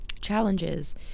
challenges